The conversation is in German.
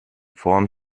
form